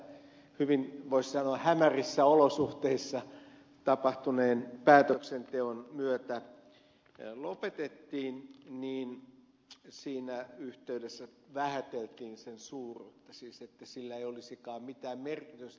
silloin kun se täältä hyvin voisi sanoa hämärissä olosuhteissa tapahtuneen päätöksenteon myötä lopetettiin niin siinä yhteydessä vähäteltiin sen suuruutta siis niin että sillä ei olisikaan mitään merkitystä